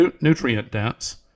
nutrient-dense